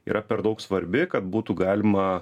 yra per daug svarbi kad būtų galima